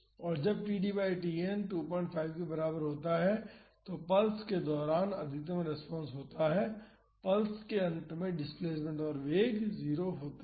और जब td by Tn 25 के बराबर होता है तो पल्स के दौरान अधिकतम रेस्पॉन्स होता है पल्स के अंत में डिस्प्लेसमेंट और वेग 0 होते हैं